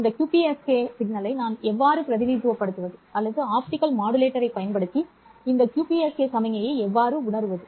இந்த QPSK சமிக்ஞையை நான் எவ்வாறு பிரதிநிதித்துவப்படுத்துவது அல்லது ஆப்டிகல் மாடுலேட்டரைப் பயன்படுத்தி இந்த QPSK சமிக்ஞையை எவ்வாறு உணருவது